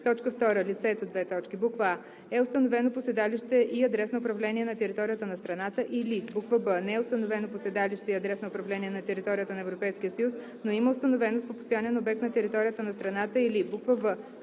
лица; 2. лицето: а) е установено по седалище и адрес на управление на територията на страната, или б) не е установено по седалище и адрес на управление на територията на Европейския съюз, но има установеност по постоянен обект на територията на страната, или в) не